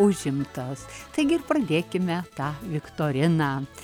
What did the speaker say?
užimtas taigi ir pradėkime tą viktoriną